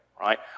right